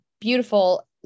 beautiful